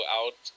out